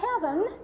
heaven